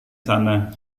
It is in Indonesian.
sana